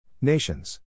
Nations